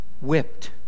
whipped